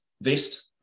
vest